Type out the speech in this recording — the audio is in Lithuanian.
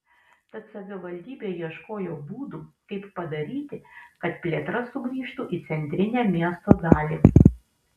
tad savivaldybė ieškojo būdų kaip padaryti kad plėtra sugrįžtų į centrinę miesto dalį